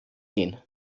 gehen